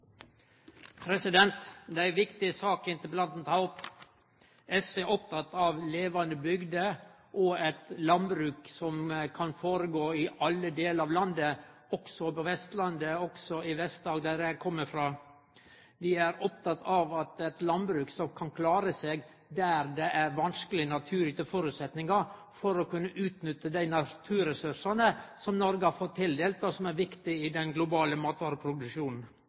av levande bygder og eit landbruk som kan føregå i alle delar av landet, også på Vestlandet og i Vest-Agder der eg kjem frå. Vi er opptekne av eit landbruk som kan klare seg under vanskelege naturgitte føresetnader, slik at ein kan utnytte dei naturressursane som Noreg har, og som er viktige i den globale matvareproduksjonen.